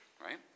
right